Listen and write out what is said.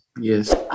Yes